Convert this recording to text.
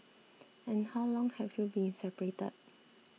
and how long have you been separated